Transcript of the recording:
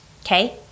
Okay